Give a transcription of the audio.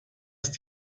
ist